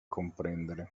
comprendere